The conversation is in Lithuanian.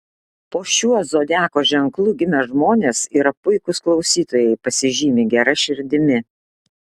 po šiuo zodiako ženklu gimę žmonės yra puikūs klausytojai pasižymi gera širdimi